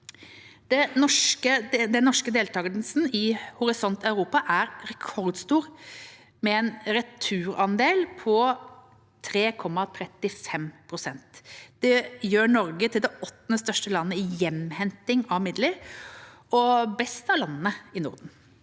norske deltakelsen i Horisont Europa er rekordstor med en returandel på 3,35 pst. Dette gjør Norge til det åttende største landet i hjemhenting av midler og best av landene i Norden.